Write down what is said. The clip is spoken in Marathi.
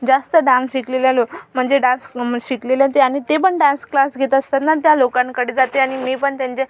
जास्त डान्स शिकलेल्या लो म्हणजे डान्स शिकलेले ते आणि तेपण डान्स क्लास घेत असताना त्या लोकांकडे जाते आणि मी पण त्यांचे